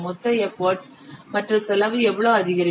மொத்த எஃபர்ட் மற்றும் செலவு எவ்வளவு அதிகரிக்கும்